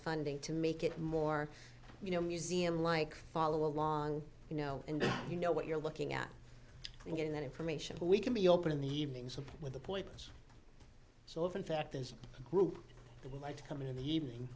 funding to make it more you know museum like follow along you know and you know what you're looking at and getting that information but we can be open in the evenings open with a pointless so if in fact there's a group that would like to come in the evening